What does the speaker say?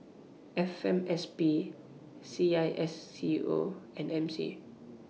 F M S P C I S C O and M C